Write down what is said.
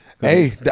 Hey